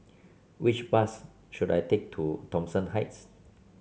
which bus should I take to Thomson Heights